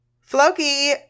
Floki